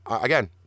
again